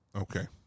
Okay